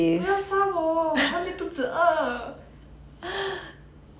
不要杀我我还没有肚子饿